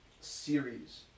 series